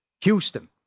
Houston